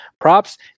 props